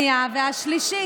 תודה רבה לשר המשפטים.